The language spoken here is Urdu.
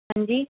ہان جی